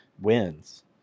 wins